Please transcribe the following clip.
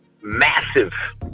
massive